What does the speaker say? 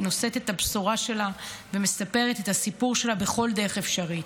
והיא נושאת את הבשורה שלה ומספרת את הסיפור שלה בכל דרך אפשרית.